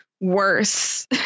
worse